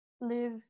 live